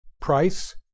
Price